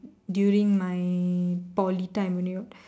during my Poly time when you